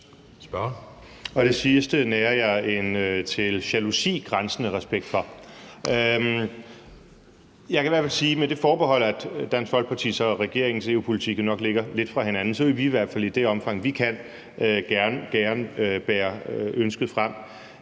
Det sidste nærer jeg en til jalousi grænsende respekt for. Jeg kan i hvert fald sige, at med det forbehold, at Dansk Folkepartis og regeringens EU-politik nok ligger lidt fra hinanden, vil vi i det omfang, vi kan, i hvert fald gerne bære ønsket frem.